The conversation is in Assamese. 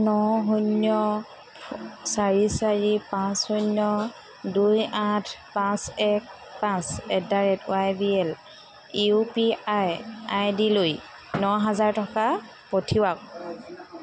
ন শূন্য চাৰি চাৰি পাঁচ শূন্য দুই আঠ পাঁচ এক পাঁচ at the rate Y B L U P I আইডিলৈ ন হাজাৰ টকা পঠিৱাওক